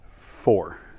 Four